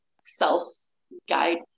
self-guide